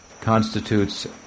constitutes